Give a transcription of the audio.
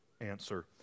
Answer